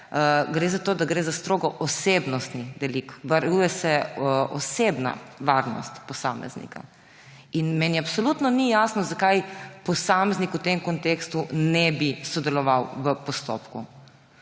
gre za to, da gre za strogo osebnostni delikt, varuje se osebna varnost posameznika. Meni absolutno ni jasno, zakaj posameznik v tem kontekstu ne bi sodeloval v postopku.